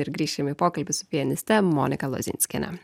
ir grįšim į pokalbį su pianiste monika lozinskiene